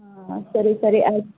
ಹಾಂ ಸರಿ ಸರಿ ಆಯ್ತು